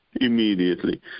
immediately